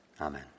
Amen